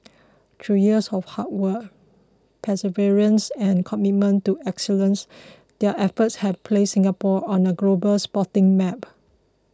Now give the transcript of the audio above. through years of hard work perseverance and commitment to excellence their efforts have placed Singapore on the global sporting map